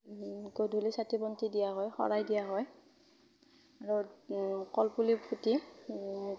গধূলি চাকি বন্তি দিয়া হয় শৰাই দিয়া হয় আৰু কলপুলি পুতি